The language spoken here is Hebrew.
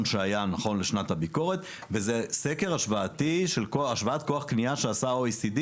שהיה נכון לשנת הביקורת וזה סקר השוואתי של כוח קנייה שעשה ה-OECD